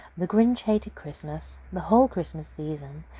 the grinch hated christmas! the whole christmas season!